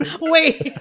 wait